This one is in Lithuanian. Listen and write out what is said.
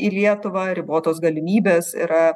į lietuvą ribotos galimybės yra